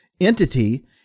entity